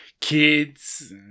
Kids